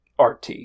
RT